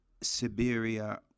Siberia